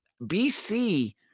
BC